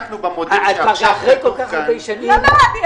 בתחילת הדרך,